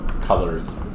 colors